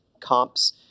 comps